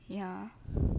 yeah